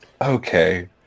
okay